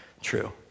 true